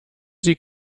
sie